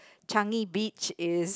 Changi-Beach is